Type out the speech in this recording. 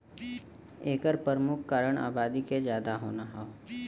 एकर परमुख कारन आबादी के जादा होना हौ